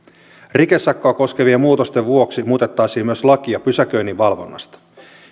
rikesakkoa koskevien muutosten vuoksi muutettaisiin myös lakia pysäköinninvalvonnasta